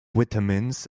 vitamins